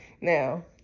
now